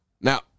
Now